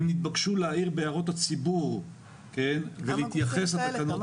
הם נתבקשו להעיר בהערות הציבור ולהתייחס לתקנות האלה